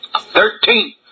Thirteen